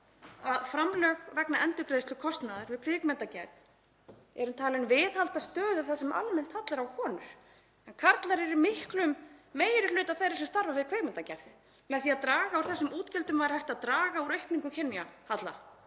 „Framlög vegna endurgreiðslu kostnaðar við kvikmyndagerð eru talin viðhalda stöðu þar sem almennt hallar á konur en karlar eru í miklum meiri hluta þeirra sem starfa við kvikmyndagerð. Með því að draga úr þessum útgjöldum væri hægt að draga úr aukningu kynjahalla.“